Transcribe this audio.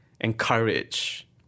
encourage